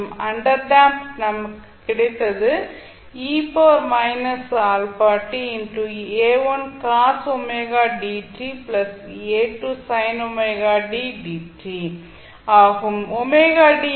மற்றும் underdamped நமக்கு கிடைத்தது ஆகும்